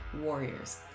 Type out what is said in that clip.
warriors